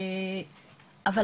אבל,